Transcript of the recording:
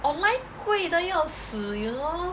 online 贵得要死 you know